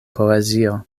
poezio